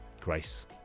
grace